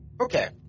Okay